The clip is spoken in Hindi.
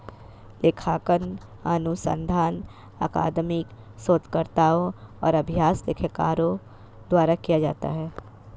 लेखांकन अनुसंधान अकादमिक शोधकर्ताओं और अभ्यास लेखाकारों द्वारा किया जाता है